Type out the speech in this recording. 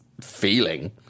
feeling